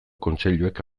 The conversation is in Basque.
kontseiluek